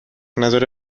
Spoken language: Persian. نداره